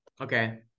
Okay